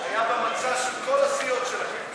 היה במצע של כל הסיעות שלכם.